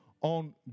on